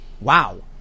wow